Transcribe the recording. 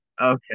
Okay